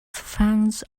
fans